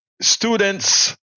Students